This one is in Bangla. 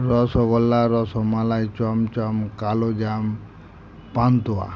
রসগোল্লা রসমালাই চমচম কালো জাম পান্তুয়া